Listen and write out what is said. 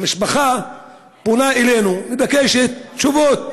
המשפחה פונה אלינו ומבקשת תשובות,